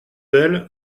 bell